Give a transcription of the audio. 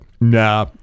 nah